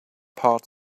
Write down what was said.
part